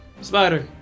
Spider